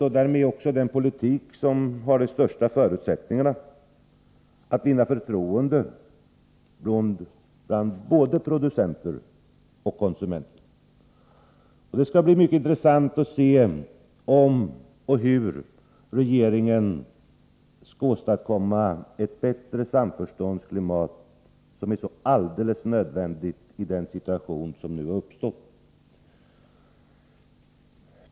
Det är därmed också den politik som har de största förutsättningarna att vinna förtroende bland både producenter och konsumenter. Det skall bli intressant att se om och hur regeringen skall åstadkomma ett bättre samförståndsklimat, vilket är helt nödvändigt i den situation som nu har uppstått.